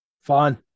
Fun